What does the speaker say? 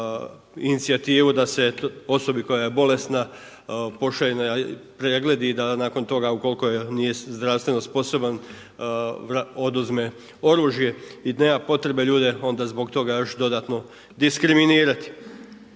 inicijativu da se osobi koja je bolesna pošalje na pregled i da nakon toga ukoliko nije zdravstveno sposoban oduzme oružje i nema potrebe ljude onda zbog toga još dodatno diskriminirati.